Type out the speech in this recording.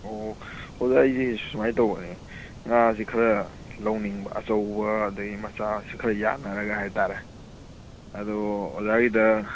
ꯑꯣ ꯑꯣꯖꯥ ꯑꯩꯁꯤ ꯁꯨꯃꯥꯏꯅ ꯇꯧꯕꯅꯤ ꯉꯥꯁꯤ ꯈꯔ ꯂꯧꯅꯤꯡꯕ ꯑꯆꯧꯕ ꯑꯗꯩ ꯃꯆꯥꯁꯤ ꯈꯔ ꯌꯥꯅꯔꯒ ꯍꯥꯏ ꯇꯥꯔꯦ ꯑꯗꯨ ꯑꯣꯖꯥꯒꯤꯗ